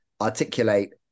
articulate